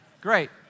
Great